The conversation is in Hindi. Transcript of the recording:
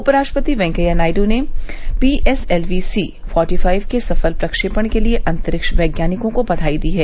उपराष्ट्रपति वेंकैया नायड् ने पीएसएलवी सी फोर्टीफाइव के सफल प्रक्षेपण के लिए अंतरिक्ष वैज्ञानिकों को बघाई दी है